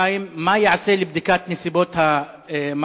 2. מה ייעשה לבדיקת נסיבות המעצר?